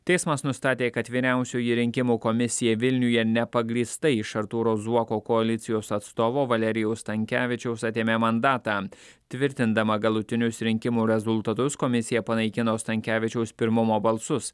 teismas nustatė kad vyriausioji rinkimų komisija vilniuje nepagrįstai iš artūro zuoko koalicijos atstovo valerijaus stankevičiaus atėmė mandatą tvirtindama galutinius rinkimų rezultatus komisija panaikino stankevičiaus pirmumo balsus